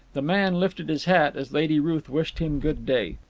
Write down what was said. the man lifted his hat as lady ruth wished him good day.